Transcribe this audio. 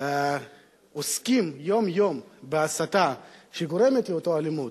עוסקים יום-יום בהסתה שגורמת לאותה אלימות.